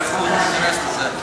ייכנס לזה,